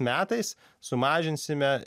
metais sumažinsime